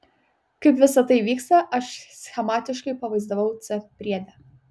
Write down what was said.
kaip visa tai vyksta aš schematiškai pavaizdavau c priede